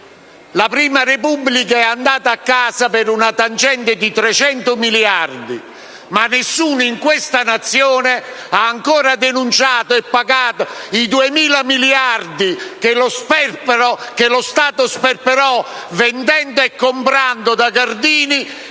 Prima Repubblica è andata a casa per una tangente di 300 miliardi di lire, ma nessuno in questa Nazione ha ancora denunciato e pagato i 2.000 miliardi di lire che lo Stato sperperò vendendo e comprando da Gardini